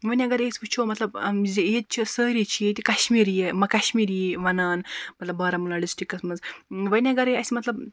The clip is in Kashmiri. وۄنۍ اَگَر أسۍ وٕچھو مَطلَب ییٚتہِ چھِ سٲری چھِ ییٚتہِ کَشمیٖرِیے کَشمیٖرِیی وَنان مَطلَب بارہمُلہ ڈِسٹرکَس مَنٛز وۄنۍ اَگَرے اَسہِ مَطلَب